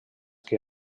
que